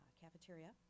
cafeteria